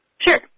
Sure